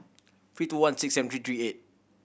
three two one six seven three three eight